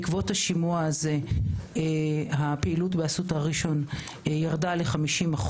בעקבות השימוע הפעילות באסותא ראשון ירדה ל-50%,